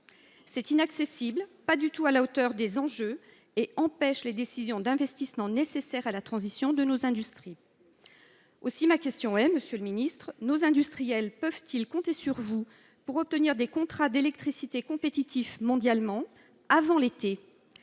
C’est inaccessible, ce n’est pas du tout à la hauteur des enjeux et cela empêche les décisions d’investissement nécessaires à la transition de nos industries. Monsieur le ministre, nos industriels peuvent ils compter sur vous pour obtenir des contrats d’électricité compétitifs à l’échelle mondiale avant l’été ?